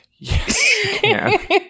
yes